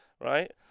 right